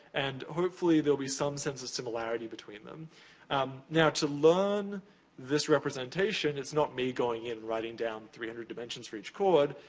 and hopefully, there will be some sense of similarity between them. and um now, to learn this representation, it's not me going in, writing down three hundred dimensions for each chord,